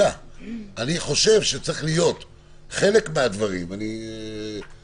אני חושב שצריך להיות איזשהו רישום --- צריכה